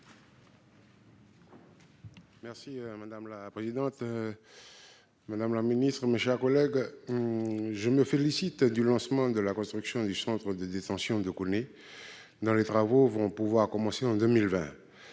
Merci, présidente, Madame la Ministre, mes chers collègues, je me félicite du lancement de la construction du centre de détention de dans les travaux vont pouvoir commencer en 2020,